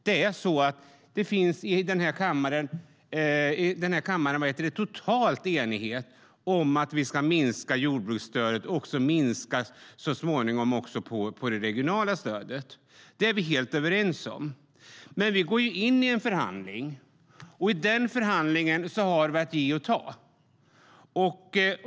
Det finns i den här kammaren en total enighet om att vi ska minska jordbruksstödet och också så småningom det regionala stödet. Det är vi helt överens om. Men vi går in i en förhandling, och i den förhandlingen har vi att ge och att ta.